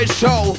show